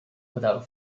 without